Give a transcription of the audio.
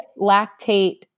lactate